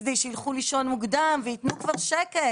כדי שילכו לישון מוקדם ויתנו כבר שקט.